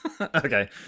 Okay